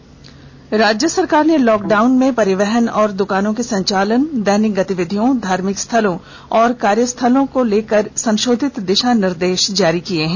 lockdown guideline राज्य सरकार ने लॉक डाउन में परिवहन और दुकानों के संचालन दैनिक गतिविधियों धार्मिक स्थलों और कार्यस्थलो आदि को लेकर संशोधित दिशा निर्देश जारी किए हैं